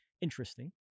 interesting